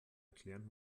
erklären